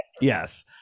Yes